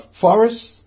forests